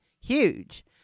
huge